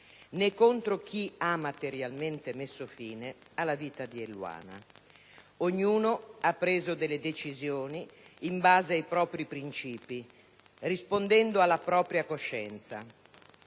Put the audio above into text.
né contro chi ha materialmente messo fino alla vita di Eluana. Ognuno ha preso delle decisioni in base ai propri principi, rispondendo alla propria coscienza,